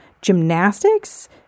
gymnastics